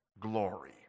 glory